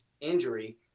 injury